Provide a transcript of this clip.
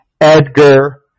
Edgar